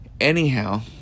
Anyhow